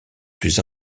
plus